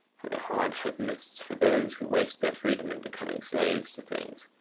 for the hard hedonists, for those who waste their freedom in becoming slaves to things,